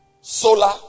solar